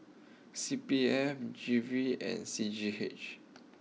C P F G V and C G H